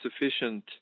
sufficient